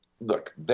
look